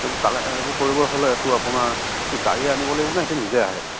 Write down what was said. এইবোৰ কৰিব হ'লে তো আপোনাৰ কি গাড়ী আনিব লাগিব নে সিহঁতে নিজে আহে